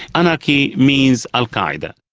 anarchy means al qaeda.